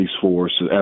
Force